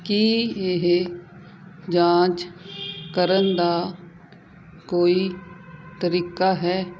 ਕੀ ਇਹ ਜਾਂਚ ਕਰਨ ਦਾ ਕੋਈ ਤਰੀਕਾ ਹੈ